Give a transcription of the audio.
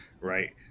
right